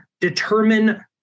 determine